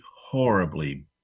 horribly